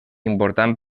important